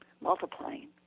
multiplying